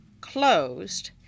closed